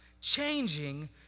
changing